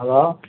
hello